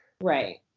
right